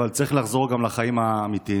אבל צריך גם לחזור לחיים האמיתיים.